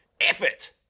effort